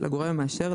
לגורם המאשר,